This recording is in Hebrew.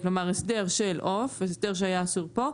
כלומר הסדר של עוף והסדר שהיה אסור פה,